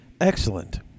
Excellent